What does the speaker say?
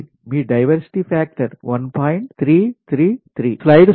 diversity factor 1